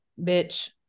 bitch